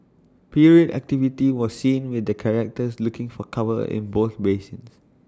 period activity was seen with the charterers looking for cover in both basins